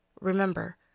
Remember